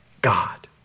God